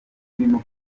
birimo